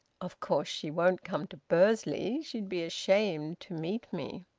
of course she won't come to bursley. she'd be ashamed to meet me.